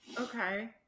Okay